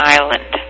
Island